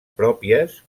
pròpies